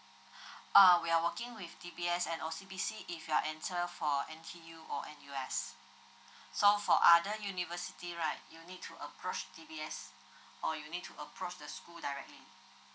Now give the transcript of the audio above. uh we're working with D_B_S and O_C_B_C if you're enter for N_T_U or N_U_S so for other university right you need to approach D_B_S or you need to approach the school directly